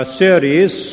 series